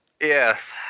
Yes